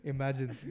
Imagine